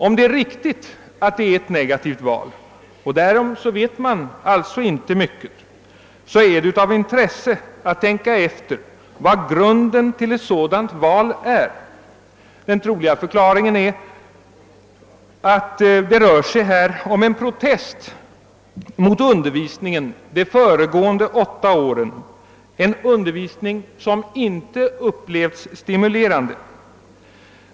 Om det är riktigt att det är ett negativt val — och därom vet man alltså inte mycket — är det av intresse att tänka efter vad som är grunden till ett sådant val. Den troliga förklaringen är att det rör sig om en protest mot undervisningen under de föregående åtta åren — en undervisning som inte upplevts som stimulerande.